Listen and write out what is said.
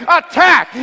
attack